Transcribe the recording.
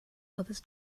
others